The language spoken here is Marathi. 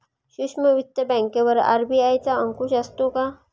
सूक्ष्म वित्त बँकेवर आर.बी.आय चा अंकुश असतो का?